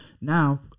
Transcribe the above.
Now